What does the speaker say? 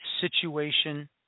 situation